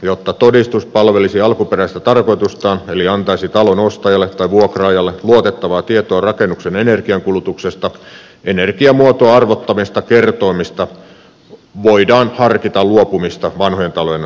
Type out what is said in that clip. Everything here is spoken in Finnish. jotta todistus palvelisi alkuperäistä tarkoitustaan eli antaisi talon ostajalle tai vuokraajalle luotettavaa tietoa rakennuksen energiankulutuksesta energiamuotoa arvottavista kertoimista luopumista voidaan harkita vanhojen talojen osalta